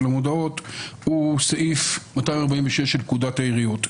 המודעות הוא בסעיף 246 לפקודת העיריות.